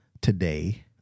today